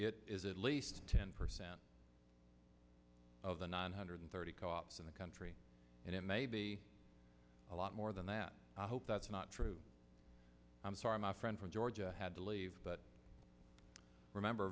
it is at least ten percent of the nine hundred thirty cops in the country and it may be a lot more than that i hope that's not true i'm sorry my friend from georgia had to leave but remember